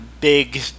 big